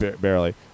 Barely